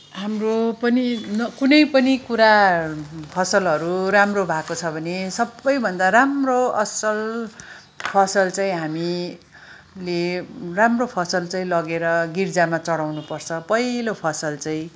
हाम्रो पनि कुनै पनि कुरा फसलहरू राम्रो भएको छ भने सबैभन्दा राम्रो असल फसल चाहिँ हामीले राम्रो फसल चाहिँ लगेर गिर्जामा चढाउनु पर्छ पहिलो फसल चाहिँ